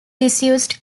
disused